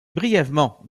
brièvement